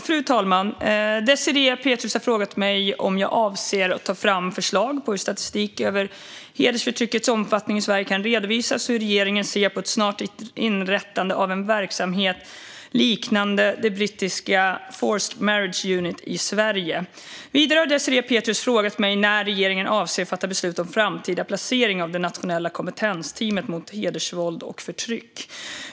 Fru talman! Désirée Pethrus har frågat mig om jag avser att ta fram förslag på hur statistik över hedersförtryckets omfattning i Sverige kan redovisas och hur regeringen ser på ett snart inrättande av en verksamhet liknande brittiska Forced Marriage Unit i Sverige. Vidare har Désirée Pethrus frågat mig när regeringen avser att fatta beslut om framtida placering av det nationella kompetensteamet mot hedersvåld och förtryck.